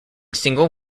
single